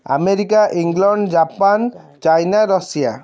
America England Japan China Russia